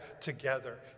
together